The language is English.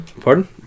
Pardon